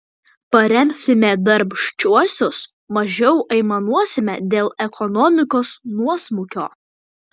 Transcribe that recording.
paremsime darbščiuosius mažiau aimanuosime dėl ekonomikos nuosmukio